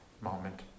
moment